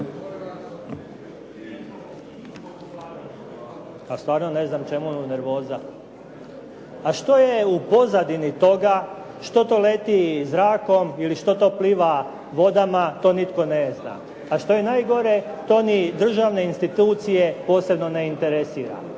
Pa stvarno ne znam čemu nervoza. A što je u pozadini toga? Što to leti zrakom ili što to pliva vodama, to nitko ne zna. A što je najgore, to ni državne institucije posebno ne interesira.